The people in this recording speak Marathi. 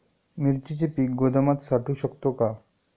मिरचीचे पीक गोदामात साठवू शकतो का?